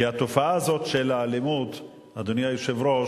כי התופעה הזאת של אלימות, אדוני היושב-ראש,